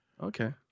Okay